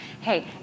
Hey